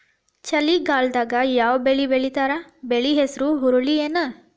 ಚಳಿಗಾಲದಾಗ್ ಯಾವ್ ಬೆಳಿ ಬೆಳಿತಾರ, ಬೆಳಿ ಹೆಸರು ಹುರುಳಿ ಏನ್?